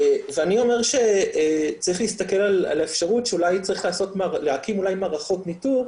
אני אומר שצריך להסתכל על האפשרות שאולי צריך להקים מערכות ניטור,